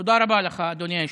תודה רבה לך, אדוני היושב-ראש.